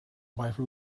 wife